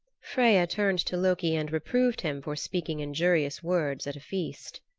freya turned to loki and reproved him for speaking injurious words at a feast.